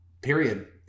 period